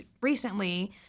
recently